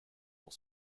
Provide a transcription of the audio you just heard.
will